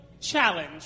challenge